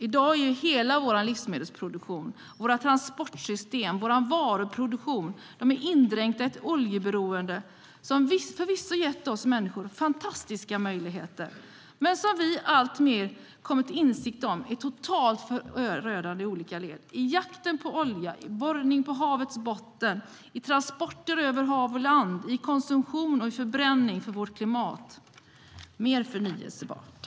I dag är hela vår livsmedelsproduktion, våra transportsystem och vår varuproduktion indränkta i ett oljeberoende som förvisso har gett oss människor fantastiska möjligheter men där vi alltmer har kommit till insikt om hur totalt förödande det är i olika led, i jakten på olja, borrning på havets botten, transporter över hav och land, konsumtion och förbränning för vårt klimat. Mer förnybart!